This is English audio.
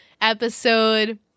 episode